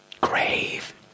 grave